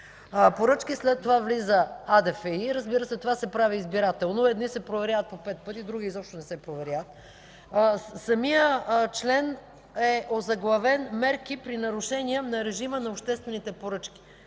поръчки, след това влиза АДФИ. Разбира се, това се прави избирателно – едни се проверяват по пет пъти, а други изобщо не се проверяват. Самият член е озаглавен „Мерки при нарушения на режима на обществените поръчки”.